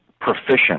proficient